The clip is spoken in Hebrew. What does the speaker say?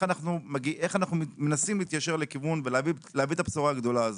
אנחנו מנסים להתיישר לכיוון ולהביא את הבשורה הגדולה הזו.